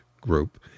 group